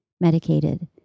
medicated